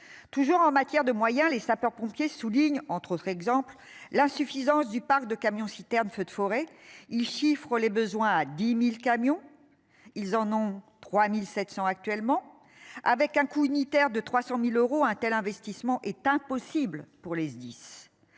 Toujours en matière de moyens les sapeurs-pompiers souligne entre autres exemples, l'insuffisance du parc de camions citernes feux de forêt ils chiffrent les besoins à 10.000 camions. Ils en ont 3700 actuellement avec un coût unitaire de 300.000 euros, un tel investissement est impossible pour les SDIS.